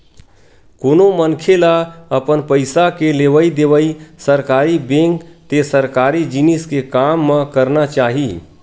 कोनो मनखे ल अपन पइसा के लेवइ देवइ सरकारी बेंक ते सरकारी जिनिस के काम म करना चाही